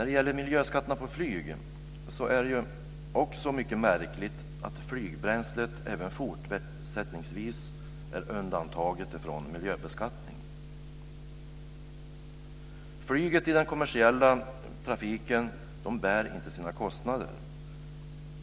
Beträffande miljöskatter på flyg är det mycket märkligt att flygbränsle även fortsättningsvis är undantaget från miljöbeskattning. Flyget i den kommersiella trafiken bär inte sina kostnader.